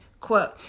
quote